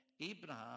Abraham